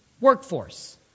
workforce